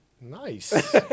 Nice